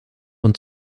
und